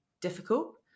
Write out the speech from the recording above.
difficult